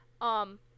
um-